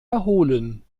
erholen